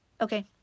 Okay